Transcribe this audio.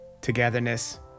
togetherness